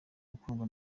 ukundwa